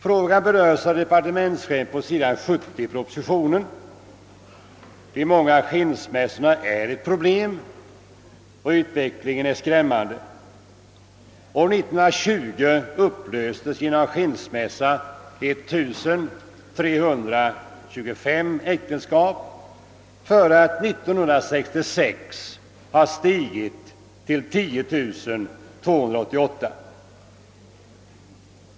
Frågan behandlas av departementschefen på s. 70 i propositionen. De många skilmässorna är ett problem, och utvecklingen är skrämmande. År 1920 upplöstes genom skilsmässa 1325 äktenskap. 1966 hade antalet stigit till 10 288.